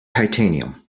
titanium